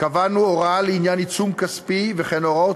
קבענו הוראה לעניין עיצום כספי וכן הוראות